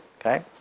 Okay